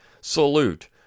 salute